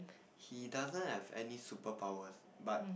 he doesn't have any superpowers but